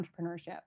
entrepreneurship